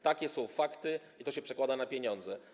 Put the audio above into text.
Takie są fakty i to się przekłada na pieniądze.